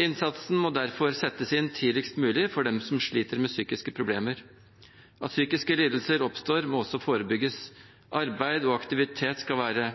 Innsatsen må derfor settes inn tidligst mulig for dem som sliter med psykiske problemer. At psykiske lidelser oppstår, må også forebygges. Arbeid og aktivitet skal være